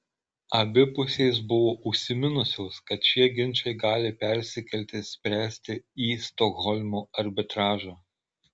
abi pusės buvo užsiminusios kad šie ginčai gali persikelti spręsti į stokholmo arbitražą